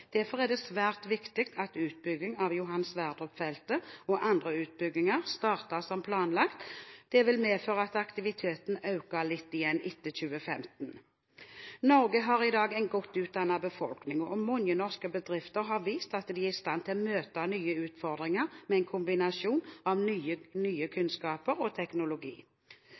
Derfor er det svært viktig at utbygging av Johan Sverdrup-feltet og andre utbygginger starter som planlagt. Det vil medføre at aktiviteten øker litt igjen etter 2015. Norge har i dag en godt utdannet befolkning, og mange norske bedrifter har vist at de er i stand til å møte nye utfordringer med en kombinasjon av ny kunnskap og teknologi.